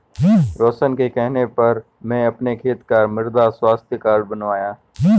रोशन के कहने पर मैं अपने खेत का मृदा स्वास्थ्य कार्ड बनवाया